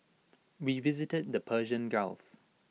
we visited the Persian gulf